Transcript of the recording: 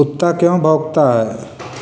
कुत्ता क्यों भौंकता है?